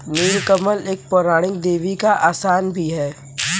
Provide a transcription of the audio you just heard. नील कमल एक पौराणिक देवी का आसन भी है